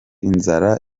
inzara